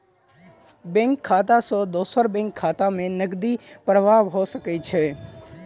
bank खाता सॅ दोसर बैंक खाता में नकदी प्रवाह भ सकै छै